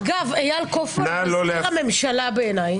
אגב, איל קופמן מזכיר הממשלה בעיניי.